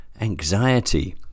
anxiety